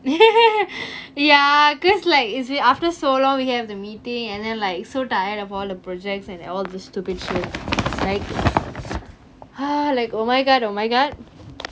ya because like is it after so long we have the meeting and then like so tired of all the projects and all that stupid shit like like oh my god oh my god